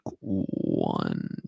one